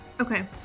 Okay